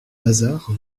hasard